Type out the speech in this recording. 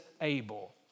able